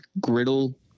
griddle